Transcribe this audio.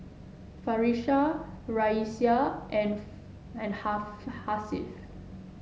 Farish Raisya and and Hasif